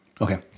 Okay